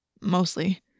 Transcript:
Mostly